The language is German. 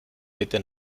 bitte